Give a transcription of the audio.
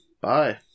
Bye